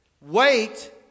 wait